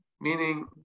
meaning